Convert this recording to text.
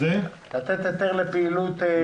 לתת היתר לפעילות?